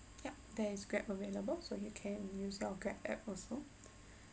yup there is grab available so you can use your grab app also